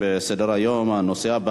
ההצעה לסדר-היום בנושא: